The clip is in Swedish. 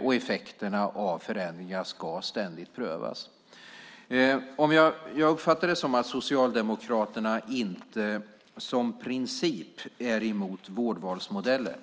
och effekterna av förändringar ska ständigt prövas. Jag uppfattar det dock som att Socialdemokraterna inte som princip är emot vårdvalsmodellen.